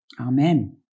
Amen